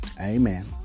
Amen